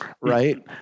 right